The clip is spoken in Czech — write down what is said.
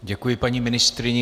Děkuji paní ministryni.